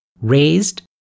raised